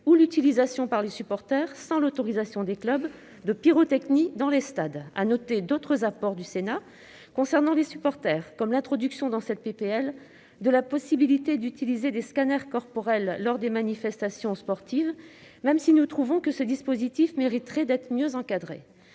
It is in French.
ou l'utilisation par les supporters, sans l'autorisation des clubs, de pyrotechnie dans les stades. Je note d'autres apports du Sénat concernant les supporters, comme l'introduction dans le texte de la possibilité d'utiliser des scanners corporels lors des manifestations sportives, même si nous trouvons que ce dispositif mériterait d'être mieux encadré.